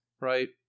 right